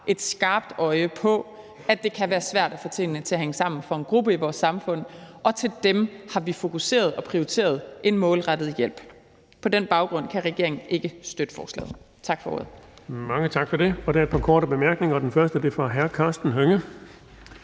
et skarpt øje på, at det kan være svært at få tingene til at hænge sammen for en gruppe i vores samfund, og til dem har vi fokuseret og prioriteret en målrettet hjælp. På den baggrund kan regeringen ikke støtte forslaget. Tak for ordet.